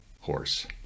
horse